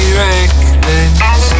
reckless